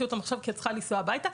אותם עכשיו כי אני צריכה לחזור הביתה.